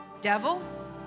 Devil